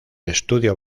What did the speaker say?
estudio